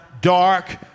dark